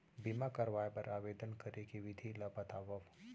बीमा करवाय बर आवेदन करे के विधि ल बतावव?